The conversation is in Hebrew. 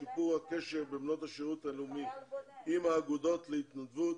שיפור הקשר בין בנות השירות הלאומי עם האגודות להתנדבות